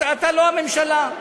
אתה לא הממשלה.